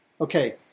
Okay